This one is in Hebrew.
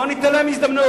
בואו ניתן להם הזדמנות,